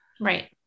Right